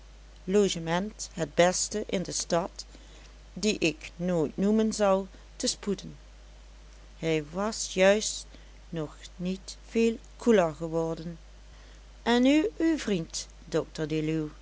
logement het beste in de stad die ik nooit noemen zal te spoeden hij was juist nog niet veel koeler geworden en nu uw vriend dr deluw